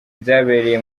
byabereye